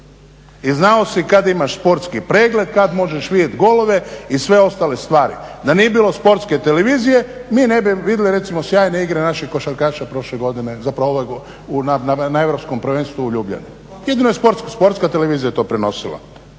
i znao si kad imaš športski pregled, kad možeš vidjeti golove i sve ostale stvari. Da nije bilo sportske televizije mi ne bi vidli recimo sjajne igre naših košarkaša prošle godine, zapravo ove na Europskom prvenstvenu u Ljubljani. Jedino je sportska televizija je to prenosila,